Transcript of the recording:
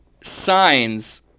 Signs